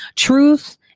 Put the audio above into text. truth